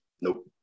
Nope